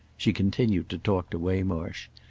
she continued to talk to waymarsh.